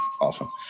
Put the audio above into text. Awesome